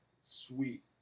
sweet